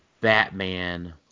Batman